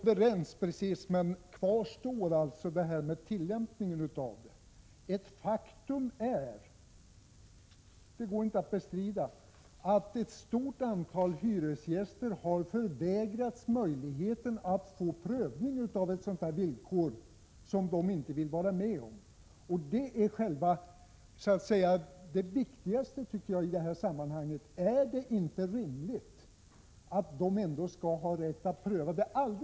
Fru talman! Vi är tydligen överens, men kvar står tillämpningen. Faktum är — det går inte att bestrida — att ett stort antal hyresgäster har förvägrats möjligheten till prövning av ett villkor som de inte vill vara med om. Det är det viktigaste i det här sammanhanget. Är det inte rimligt att de, bortsett från förhandlingsöverenskommelser och annat, skall ha rätt till en prövning?